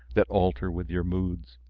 that alter with your moods?